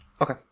Okay